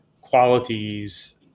qualities